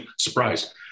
surprise